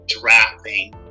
drafting